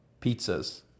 pizzas